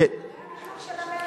זה אחרי הניכוי של ה-180?